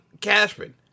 Cashman